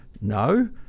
No